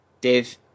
Dave